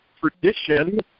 tradition